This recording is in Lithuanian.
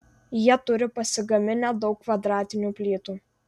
jie turi pasigaminę daug kvadratinių plytų